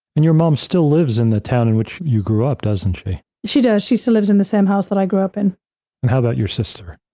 and your mom still lives in the town in which you grew up, doesn't she? she does. she still lives in the same house that i grew up in. and how about your sister?